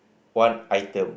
one item